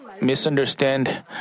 Misunderstand